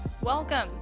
Welcome